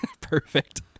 Perfect